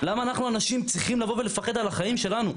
למה אנחנו צריכים לבוא ולפחד על החיים שלנו?